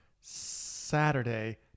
Saturday